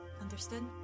Understood